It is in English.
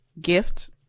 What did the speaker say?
gift